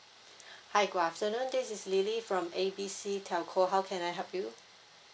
hi good afternoon this is lily from A B C telco how can I help you